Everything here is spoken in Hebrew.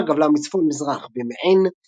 סבא גבלה מצפון מזרח במעין,